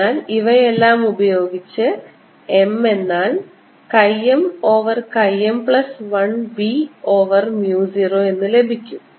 അതിനാൽ ഇവയെല്ലാം ഉപയോഗിച്ച് m എന്നാൽ chi m over chi m plus 1 b over mu 0 എന്ന് ലഭിക്കും